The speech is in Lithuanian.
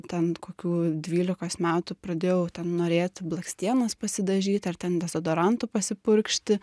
ten kokių dvylikos metų pradėjau ten norėti blakstienas pasidažyti ar ten dezodorantu pasipurkšti